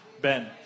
Ben